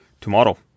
tomorrow